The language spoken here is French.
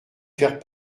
faire